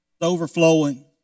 overflowing